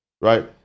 Right